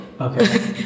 Okay